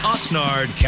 Oxnard